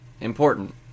Important